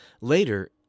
Later